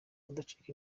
kudacika